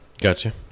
Gotcha